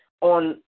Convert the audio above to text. On